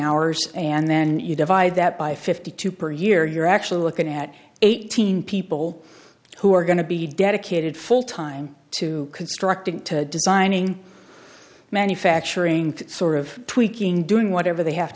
hours and then you divide that by fifty two per year you're actually looking at eighteen people who are going to be dedicated full time to constructing to designing manufacturing to sort of tweaking doing whatever they have